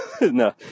no